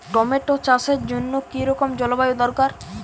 Tomato চাষের জন্য কি রকম জলবায়ু দরকার?